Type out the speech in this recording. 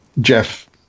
Jeff